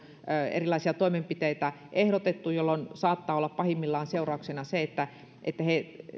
erilaisia toimenpiteitä ehdotettu jolloin saattaa olla pahimmillaan seurauksena se että että he